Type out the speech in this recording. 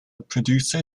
producer